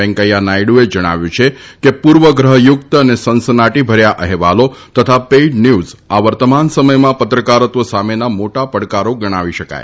વેંકૈયા નાયડુએ જણાવ્યું છે કે પૂર્વગ્રહ યુક્ત અને સનસનાટીભર્યા અહેવાલો તથા પેડન્યૂઝ આ વર્તમાન સમયમાં પત્રકારત્વ સામેના મોટા પડકારો ગણાવી શકાય